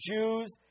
Jews